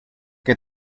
que